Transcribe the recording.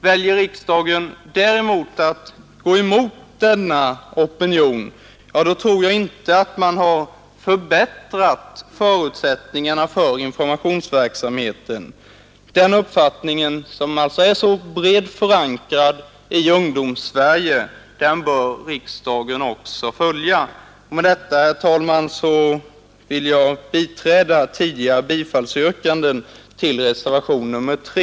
Väljer riksdagen att gå emot denna opinion har man verkligen inte förbättrat förutsättningarna för informationsverksamheten. Den uppfattning som är så brett förankrad i Ungdomssverige bör riksdagen följa. Med detta, herr talman, vill jag biträda tidigare bifallsyrkanden till reservationen 3.